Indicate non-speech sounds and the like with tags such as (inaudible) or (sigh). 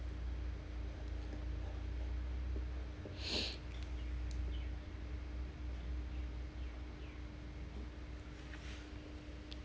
(breath)